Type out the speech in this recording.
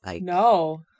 No